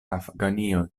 afganio